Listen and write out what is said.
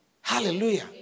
Hallelujah